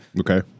Okay